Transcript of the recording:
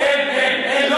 אין, אין, אין, אין.